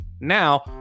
Now